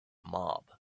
mob